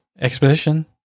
expedition